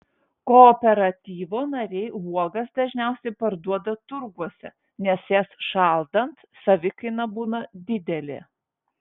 kooperatyvo nariai uogas dažniausiai parduoda turguose nes jas šaldant savikaina būna didelė